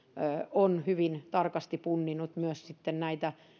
on hyvin tarkasti punninnut myös sitten näitä